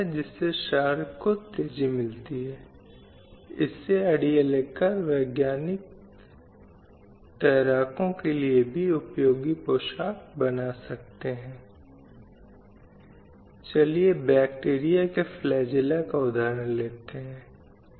जब हम अधिकारों की बात करते हैं तो शिक्षा संबंधी अधिकार रोजगार संबंधी अधिकार आर्थिक संसाधनों के स्वास्थ्य के संबंध में राजनीतिक भागीदारी के संबंध मेंऔर निर्णय लेने की प्रक्रिया में सभी स्तरों पर भागीदारी